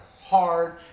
hard